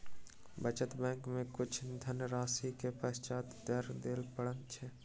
बचत बैंक में किछ धनराशि के पश्चात कर दिअ पड़ैत अछि